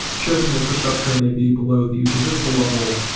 shared some infrastructure maybe below the user visible level.